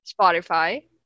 Spotify